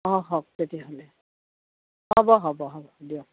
অঁ হওক তেতিয়াহ'লে হ'ব হ'ব হ'ব দিয়ক